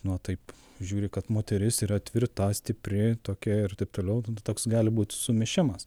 nu taip žiūri kad moteris yra tvirta stipri tokia ir taip toliau toks gali būt sumišimas